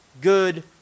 good